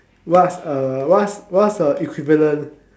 what's a what's what's a equivalent